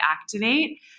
activate